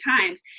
times